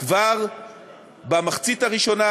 כבר במחצית הראשונה,